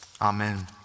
amen